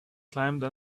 climbed